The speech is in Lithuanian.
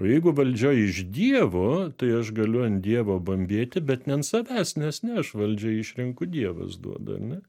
jeigu valdžia iš dievo tai aš galiu ant dievo bambėti bet ne ant savęs nes ne aš valdžią išrenku dievas duoda ane